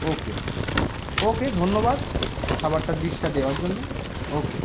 ওকে okay ধন্যবাদ খাবারটা ডিশটা দেওয়ার জন্য ওকে